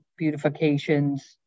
beautifications